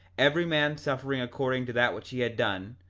every man suffering according to that which he had done,